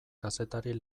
kazetari